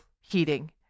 heating